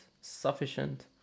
sufficient